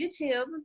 youtube